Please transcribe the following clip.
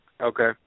Okay